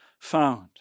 found